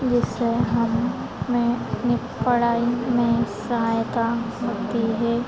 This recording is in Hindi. जिससे हमें अपनी पढ़ाई में सहायता होती है